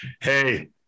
hey